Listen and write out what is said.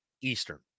Eastern